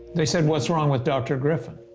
they said, what's wrong with dr. griffin?